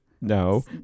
No